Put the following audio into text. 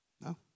No